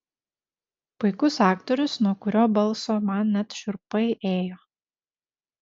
puikus aktorius nuo kurio balso man net šiurpai ėjo